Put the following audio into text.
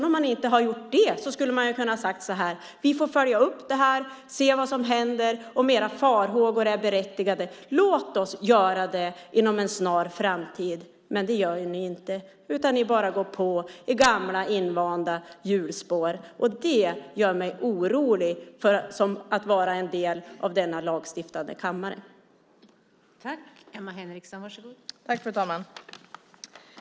Om man inte har gjort det skulle man åtminstone ha kunnat säga: Vi får följa upp det här, se vad som händer och om era farhågor är berättigade. Låt oss göra det inom en snar framtid. Men det gör ni inte, utan ni bara går på i gamla invanda hjulspår. Och det gör mig som en del av denna lagstiftande kammare orolig.